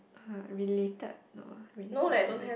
uh related no related to